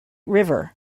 river